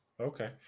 okay